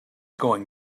going